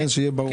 איך הם בחרו?